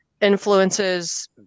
influences